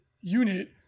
unit